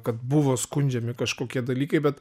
kad buvo skundžiami kažkokie dalykai bet